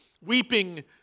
weeping